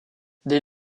dès